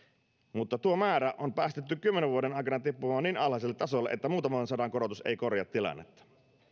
mutta tuo määrä on päästetty kymmenen vuoden aikana tippumaan niin alhaiselle tasolle että muutaman sadan korotus ei korjaa tilannetta